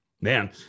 man